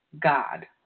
God